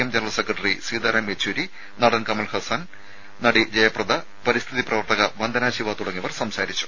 M general secretary Sitaram Yechury നടൻ കമൽഹാസൻ നടി ജയപ്രദ പരിസ്ഥിതി പ്രവർത്തക വന്ദനശിവ തുടങ്ങിയവർ സംസാരിച്ചു